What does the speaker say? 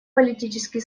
политические